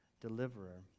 deliverer